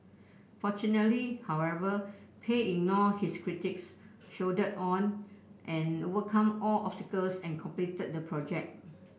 fortunately however Pei ignored his critics soldiered on and overcome all obstacles and completed the project